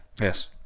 yes